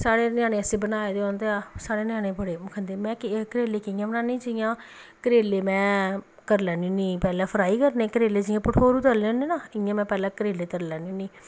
साढ़े ञ्यानें आस्तै बनाए दे होन ते साढ़े ञ्यानें बड़े खंदे में करेले कि'यां बनान्नी जि'यां करेले में करी लैन्नी होन्नी पैह्लें फ्राई करने जि'यां भठोरू तलने होन्ने ना इ'यां में पैह्लें करेले तली लैन्नी होन्नी